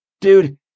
Dude